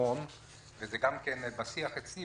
וגם בשיח אצלי,